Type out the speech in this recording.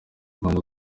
rwanda